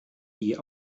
die